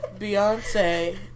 Beyonce